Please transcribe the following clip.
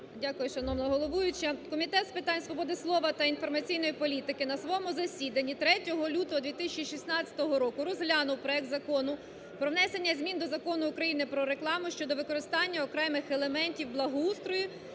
Дякую, шановна головуюча. Комітет з питань свободи слова та інформаційної політики на своєму засіданні 3 лютого 2016 року розглянув проект Закону про внесення змін до Закону України "Про рекламу" (щодо використання окремих елементів благоустрою